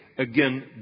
Again